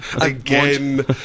Again